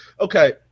Okay